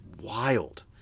wild